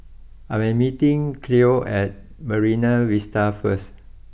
I am meeting Cleo at Marine Vista first